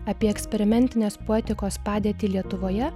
apie eksperimentinės poetikos padėtį lietuvoje